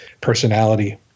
personality